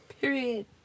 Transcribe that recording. Period